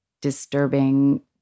disturbing